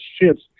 ships